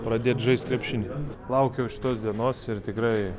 pradėt žaist krepšinį laukiau šitos dienos ir tikrai